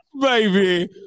baby